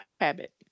habit